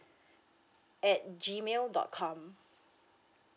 at G mail dot com